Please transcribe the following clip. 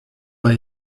bei